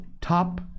top